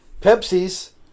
Pepsi's